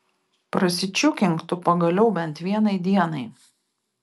prasičiūkink tu pagaliau bent vienai dienai